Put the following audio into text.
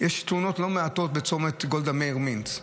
יש תאונות לא מעטות בצומת גולדה מאיר מינץ.